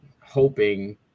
hoping